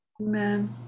Amen